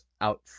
out